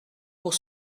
pour